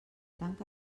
tanca